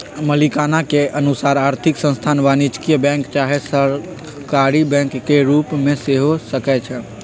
मलिकाना के अनुसार आर्थिक संस्थान वाणिज्यिक बैंक चाहे सहकारी बैंक के रूप में हो सकइ छै